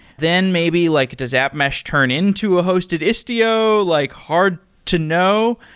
then maybe like does app mesh turn into a hosted istio, like hard to know,